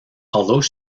although